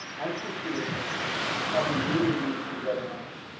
i'm steve peterson and i'll be leading these three webinars.